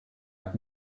like